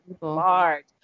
large